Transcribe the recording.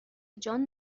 جان